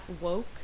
woke